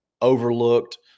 overlooked –